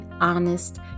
honest